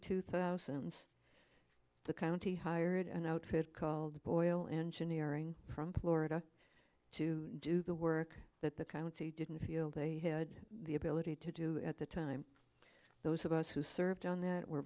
two thousand the county hired an outfit called boyle engineering from florida to do the work that the county didn't feel they had the ability to do at the time those of us who served on that were